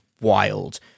wild